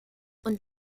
und